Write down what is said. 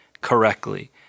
correctly